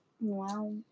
Wow